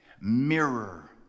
Mirror